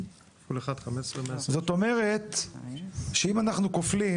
זאת אומרת שאם אנחנו כופלים